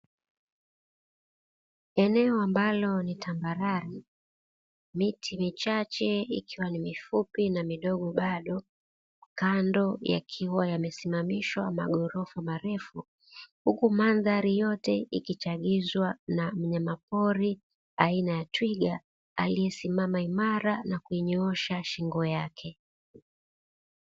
Eneo ambalo ni tambarare miti michache ikiwa ni mifupi na midogo bado, kando yakiwa yamesimamishwa magorofa marefu, huku mandhari yote ikichagizwa na mnyama pori aina ya twiga aliyesimama imara na kunyoosha shingo yake.